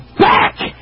back